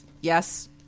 yes